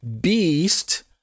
beast